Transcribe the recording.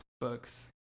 books